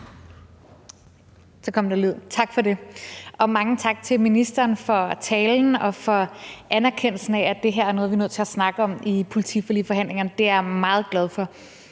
Lund (EL): Tak for det, og mange tak til ministeren for talen og for anerkendelsen af, at det her er noget, vi er nødt til at snakke om i politiforligsforhandlingerne. Det er jeg meget glad for.